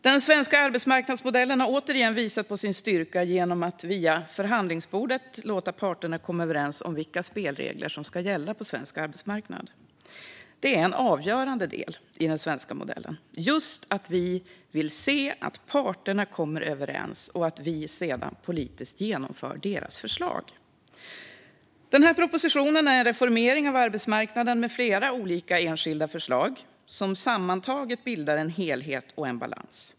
Den svenska arbetsmarknadsmodellen har återigen visat på sin styrka genom att via förhandlingsbordet låta parterna komma överens om vilka spelregler som ska gälla på svensk arbetsmarknad. En avgörande del i den svenska modellen är just att vi vill se att parterna kommer överens och att vi sedan politiskt genomför deras förslag. Den här propositionen innebär en reformering av arbetsmarknaden med flera olika enskilda förslag som sammantaget bildar en helhet och balans.